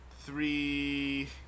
three